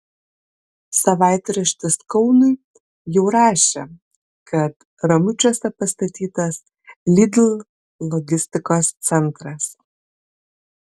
savaitraštis kaunui jau rašė kad ramučiuose pastatytas lidl logistikos centras